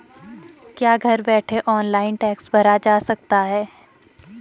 क्या घर बैठे ऑनलाइन टैक्स भरा जा सकता है?